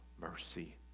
mercy